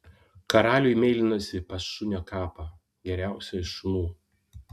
karaliui meilinosi pas šunio kapą geriausio iš šunų